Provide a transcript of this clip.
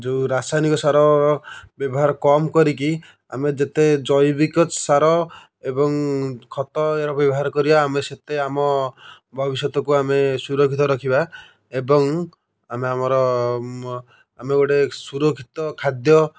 ଯେଉଁ ରାସାୟନିକ ସାର ବ୍ୟବହାର କମ୍ କରିକି ଆମେ ଯେତେ ଜୈବିକ ସାର ଏବଂ ଖତର ବ୍ୟବହାର କରିବା ଆମ ସେତେ ଆମ ଭବିଷ୍ୟତ କୁ ଆମେ ସୁରକ୍ଷିତ ରଖିବା ଏବଂ ଆମେ ଆମର ଆମେ ଗୋଟେ ସୁରକ୍ଷିତ ଖାଦ୍ୟ